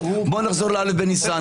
בוא נחזור לא' בניסן.